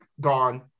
gone